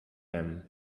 them